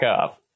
up